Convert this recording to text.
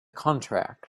contract